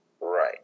Right